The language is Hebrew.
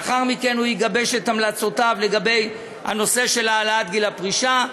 לאחר מכן הוא יגבש את המלצותיו בנושא של העלאת גיל הפרישה.